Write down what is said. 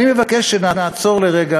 אני מבקש שנעצור רגע,